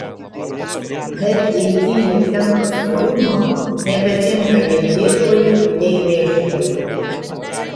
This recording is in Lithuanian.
bet jei ji netenka sūrumo nebetinka nei dirvai nei mėšlui